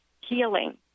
healing